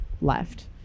left